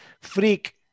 freak